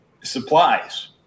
supplies